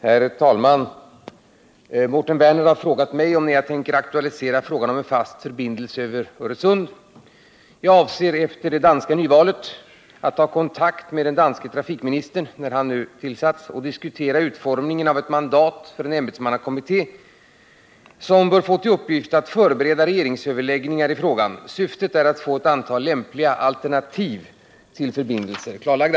Herr talman! Mårten Werner har frågat mig om när jag tänker aktualisera frågan om en fast förbindelse över Öresund. Jag avser — efter det danska nyvalet — att ta kontakt med den danske trafikministern och diskutera utformningen av ett mandat för en ämbetsmannakommitté, vilken bör få till uppgift att förbereda regeringsöverläggningar i frågan. Syftet är att få ett antal lämpliga alternativ till förbindelser klarlagda.